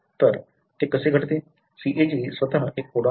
तर ते असे घडले CAG स्वतः एक कोडॉन आहे